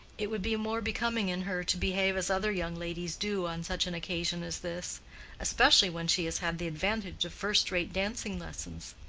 it would be more becoming in her to behave as other young ladies do on such an occasion as this especially when she has had the advantage of first-rate dancing lessons.